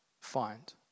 find